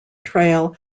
trail